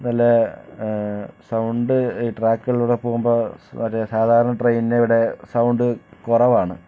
നല്ല സൗണ്ട് ട്രാക്കുകളിലൂടെ പോകുമ്പോൾ മറ്റേ സാധാരണ ട്രെയിനിൽ ഇവിടെ സൗണ്ട് കുറവാണ്